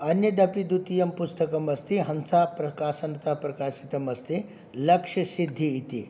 अन्यदपि द्वितीयं पुस्तकम् अस्ति हंसाप्रकाशनतः प्रकाशितमस्ति लक्ष्यसिद्धिः इति